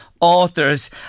authors